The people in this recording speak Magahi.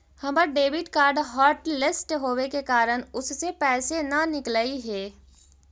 हमर डेबिट कार्ड हॉटलिस्ट होवे के कारण उससे पैसे न निकलई हे